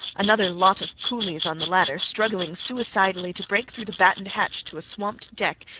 another lot of coolies on the ladder, struggling suicidally to break through the battened hatch to a swamped deck,